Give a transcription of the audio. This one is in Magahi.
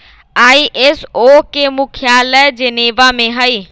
आई.एस.ओ के मुख्यालय जेनेवा में हइ